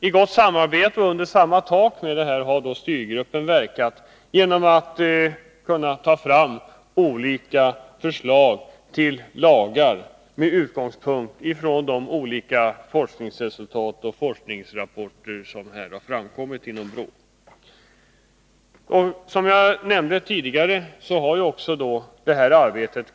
I samarbete med dem som arbetar med forskningsverksamheten och med utgångspunkt i de forskningsresultat och forskningsrapporter som BRÅ har presenterat har styrgruppen kunnat arbeta fram förslag till lagar på det här området.